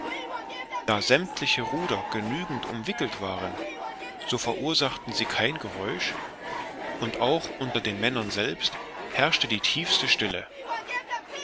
da sämmtliche ruder genügend umwickelt waren so verursachten sie kein geräusch und auch unter den männern selbst herrschte die tiefste stille